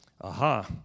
aha